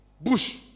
bush